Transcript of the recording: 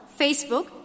Facebook